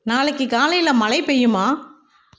நாளைக்கு காலையில் மழை பெய்யுமா